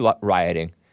rioting